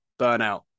burnout